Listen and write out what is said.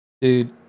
Dude